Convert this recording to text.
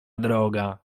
droga